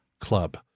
club